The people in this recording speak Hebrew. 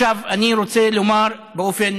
עכשיו, אני רוצה לומר באופן